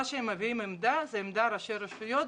העמדה שהם מביעים זה העמדה של ראשי רשויות,